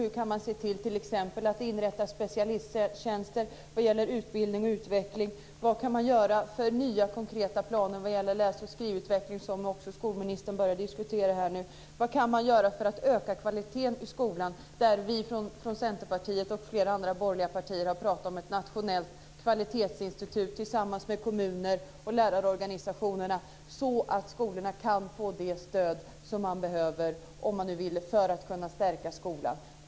Hur kan man se till att inrätta specialisttjänster vad gäller utbildning och utveckling? Vad kan man ta fram för nya konkreta planer vad gäller läs och skrivutveckling, vilket skolministern också började diskutera nu? Vad kan man göra för att öka kvaliteten i skolan? Där har vi från Centerpartiet och flera andra borgerliga partier pratat om att ha ett nationellt kvalitetsinstitut tillsammans med kommuner och lärarorganisationerna så att skolorna kan få det stöd som de behöver, om de vill, för att kunna stärka skolan.